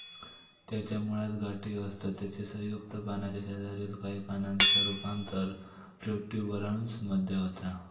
त्याच्या मुळात गाठी असतत त्याच्या संयुक्त पानाच्या शेजारील काही पानांचा रूपांतर प्रोट्युबरन्स मध्ये होता